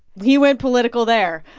he went political there.